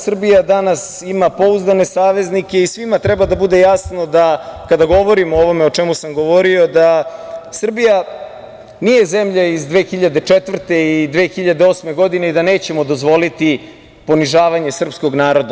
Srbija danas ima pouzdane saveznika i svima treba da bude jasno da, kada govorimo o ovome o čemu sam govorio, Srbija nije zemlja iz 2004. i 2008. godine i da nećemo dozvoliti ponižavanje srpskog naroda.